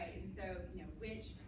so and which